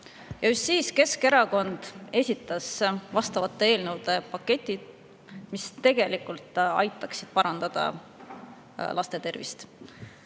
Just siis Keskerakond esitas ka selliste eelnõude paketi, mis tegelikult aitaksid parandada laste tervist.